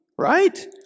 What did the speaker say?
right